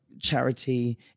charity